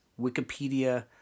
Wikipedia